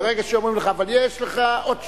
ברגע שאומרים לך, אבל יש לך עוד 6%,